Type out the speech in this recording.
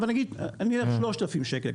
אבל נניח 3,000 שקלים.